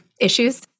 issues